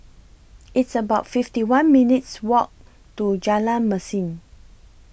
It's about fifty one minutes' Walk to Jalan Mesin